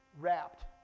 wrapped